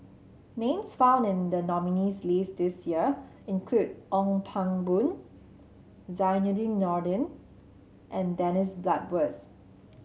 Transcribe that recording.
names found in the nominees' list this year include Ong Pang Boon Zainudin Nordin and Dennis Bloodworth